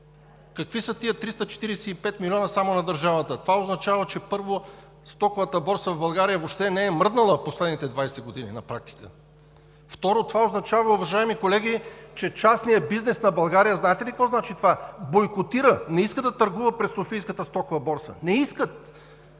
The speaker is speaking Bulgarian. Какви са тези 345 милиона само на държавата? Това означава, че, първо, Стоковата борса в България въобще не е мръднала в последните 20 години на практика. Второ, това означава, уважаеми колеги, че частният бизнес на България, знаете ли какво значи това – бойкотира, не иска да търгува през Софийската стокова борса. Не искат!